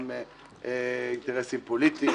גם אינטרסים פוליטיים,